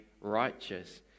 righteous